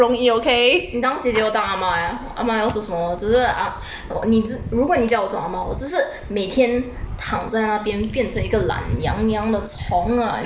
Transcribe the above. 你当姐姐我当阿嬷啊阿嬷要做什么只是阿你只如果你叫我做阿嬷我只是每天躺在那边变成一个懒洋洋的虫啊你知道吗